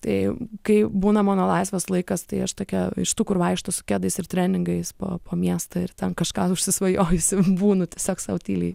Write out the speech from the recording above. tai kai būna mano laisvas laikas tai aš tokia iš tų kur vaikšto su kedais ir treningais po po miestą ir ten kažką užsisvajojusi būnu tiesiog sau tyliai